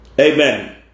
amen